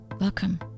Welcome